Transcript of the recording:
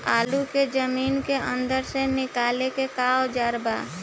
आलू को जमीन के अंदर से निकाले के का औजार बा?